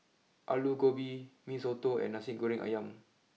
Aloo Gobi Mee Soto and Nasi Goreng Ayam